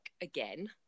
again